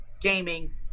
gaming